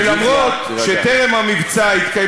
שלנו, של, חבר הכנסת חאג' יחיא, תירגע.